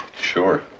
Sure